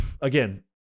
again